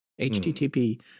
HTTP